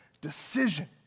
decision